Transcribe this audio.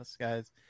guys